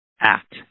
act